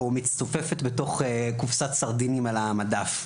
או מצופפת בתוך קופסת סרדינים על המדף,